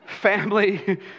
family